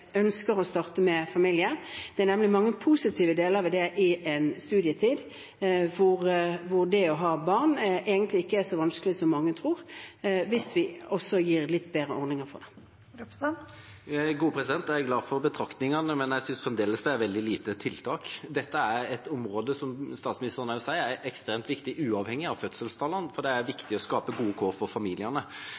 nemlig mange positive sider ved å få barn i studietiden. Det er egentlig ikke så vanskelig som mange tror, hvis vi også gir dem litt bedre ordninger. Jeg er glad for betraktningene, men jeg synes fremdeles det er veldig lite tiltak. Dette er – som statsministeren også sier – et område som er ekstremt viktig, uavhengig av fødselstallene, fordi det er viktig å skape gode kår for familiene.